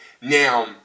Now